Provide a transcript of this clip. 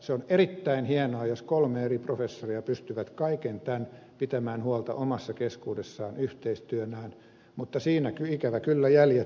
se on erittäin hienoa jos kolme eri professoria pystyvät kaikesta tästä pitämään huolta omassa keskuudessaan yhteistyönään mutta siinä ikävä kyllä jäljet pelottavat